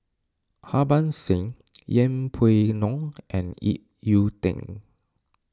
Harbans Singh Yeng Pway Ngon and Ip Yiu Tung